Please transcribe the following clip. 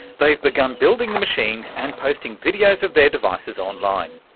they've begun building the machines and posting videos of their devices online.